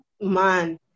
man